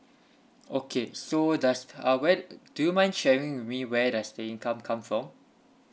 okay so does uh where uh do you mind sharing with me where does the income come from